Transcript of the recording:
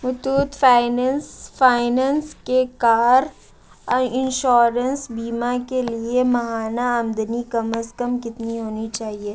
Muthoot finance finance کے car اور insurance بیمہ کے لیے ماہانہ آمدنی کم از کم کتنی ہونی چاہیے